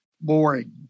boring